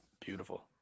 Beautiful